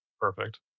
Perfect